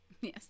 Yes